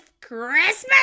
Christmas